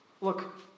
Look